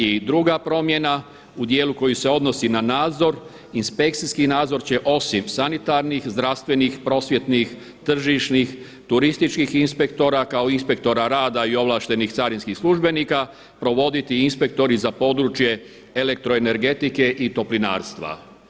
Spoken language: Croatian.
I druga promjena, u dijelu koji se odnosi na nadzor, inspekcijski nadzor će osim sanitarnih, zdravstvenih, prosvjetnih, tržišnih, turističkih inspektora kao i inspektora rada i ovlaštenih carinskih službenika provoditi inspektori za područje elektroenergetike i toplinarstva.